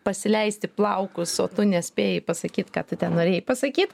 pasileisti plaukus o tu nespėjai pasakyt kad tu ten norėjai pasakyt